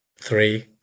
three